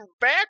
back